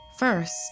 First